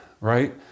Right